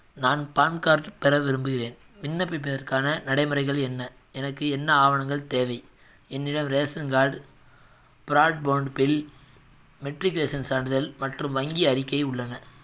நான் PAN card பெற விரும்புகிறேன் விண்ணப்பிப்பதற்கான நடைமுறைகள் என்ன எனக்கு என்ன ஆவணங்கள் தேவை என்னிடம் ration card broadband bill matriculation சான்றிதழ் மற்றும் வங்கி அறிக்கை உள்ளன